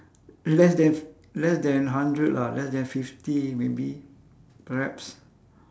less than f~ less than hundred lah less than fifty maybe perhaps